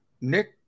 Nick